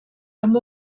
amb